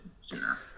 sooner